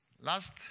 Last